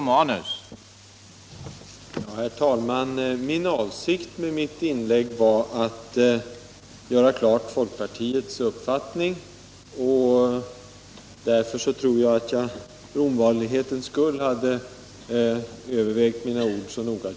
Herr talman! Avsikten med mitt inlägg var att klargöra folkpartiets uppfattning. Därför hade jag övervägt mina ord noga.